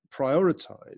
prioritize